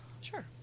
Sure